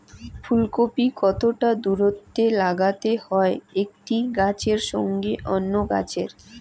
ফুলকপি কতটা দূরত্বে লাগাতে হয় একটি গাছের সঙ্গে অন্য গাছের?